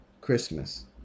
Christmas